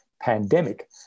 pandemic